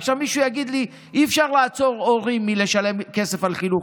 עכשיו מישהו יגיד לי: אי-אפשר לעצור הורים מלשלם כסף על חינוך,